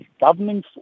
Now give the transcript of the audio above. governing